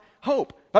hope